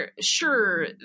sure